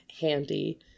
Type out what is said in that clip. handy